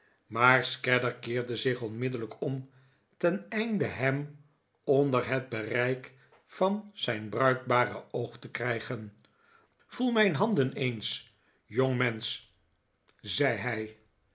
maar scadder keerde zich onmiddellijk om teneinde hem onder het bereik van zijn bruikbare oog te krijgen voei mijn handen eens jongmensch zei hij